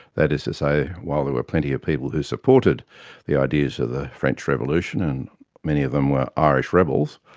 that is to say, while there were plenty of people who supported the ideas of the french revolution and many of them were irish rebels,